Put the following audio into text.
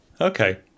okay